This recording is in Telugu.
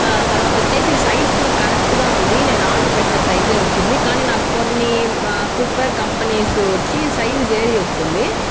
తర్వాత వచ్చి సైజు కూడా కరెక్ట్గా ఉంది నేను ఆర్డర్ పెట్టే సైజే వచ్చింది కానీ నాకు కొన్ని ఫుట్వేర్ కంపెనీస్ వచ్చిసైజు వేరి వస్తుంది